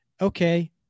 okay